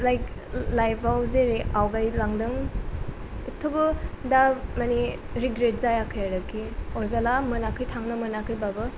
like लाइफाव जेरै आवगायलांदों एथ'बो दा माने रिग्रेट जायाखै आरोखि अरजाला मोनाखै थांनो मोनाखैब्लाबो